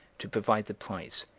to provide the prize,